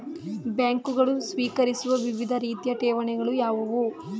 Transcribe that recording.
ಬ್ಯಾಂಕುಗಳು ಸ್ವೀಕರಿಸುವ ವಿವಿಧ ರೀತಿಯ ಠೇವಣಿಗಳು ಯಾವುವು?